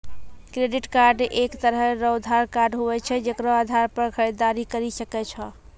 credit card एक तरह रो उधार कार्ड हुवै छै जेकरो आधार पर खरीददारी करि सकै छो